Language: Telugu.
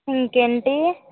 ఇంకేంటీ